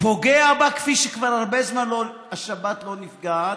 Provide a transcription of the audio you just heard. פוגע בה כפי שכבר הרבה זמן השבת לא נפגעה,